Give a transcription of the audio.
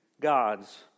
gods